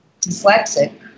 dyslexic